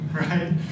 Right